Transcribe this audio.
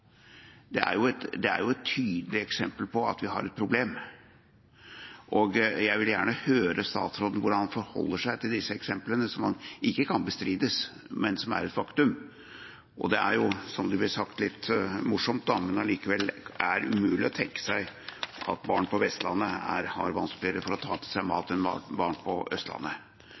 Det er jo et tydelig eksempel på at vi har et problem. Jeg vil gjerne høre hvordan statsråden forholder seg til disse eksemplene som ikke kan bestrides, men som er fakta. Og som det ble sagt, litt morsomt, men allikevel relevant: Det er umulig å tenke seg at barn på Vestlandet har vanskeligere for å ta til seg mat enn barn på Østlandet.